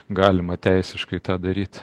galima teisiškai tą daryt